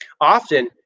Often